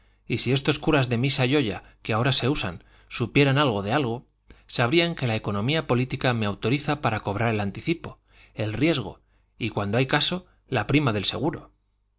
y si estos curas de misa y olla que ahora se usan supieran algo de algo sabrían que la economía política me autoriza para cobrar el anticipo el riesgo y cuando hay caso la prima del seguro